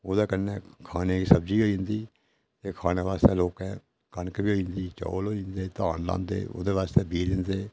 ओह्दे कन्नै खानै गी सब्जी होई जंदी ते खानै वास्तै लोकैं कनक बी होई जंदी चौल बी होई जंदे धान लान्ने ओह्दे वास्तै बीऽ दिंदे